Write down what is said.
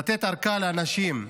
לתת ארכה לאנשים,